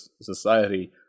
society